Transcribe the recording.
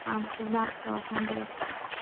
Amsterdam los angels